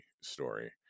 story